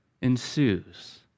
ensues